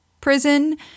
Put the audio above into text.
prison